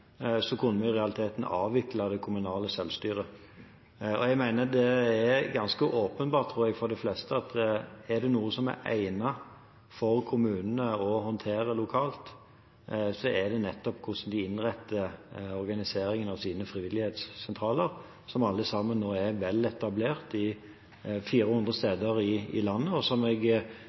kunne vi i realiteten ha avviklet det kommunale selvstyret. Jeg tror det er ganske åpenbart for de fleste at er det noe som er egnet for kommunene til å håndtere lokalt, så er det nettopp hvordan de innretter organiseringen av sine frivillighetssentraler, som alle sammen nå er vel etablert 400 steder i landet. Jeg